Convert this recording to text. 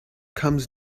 comes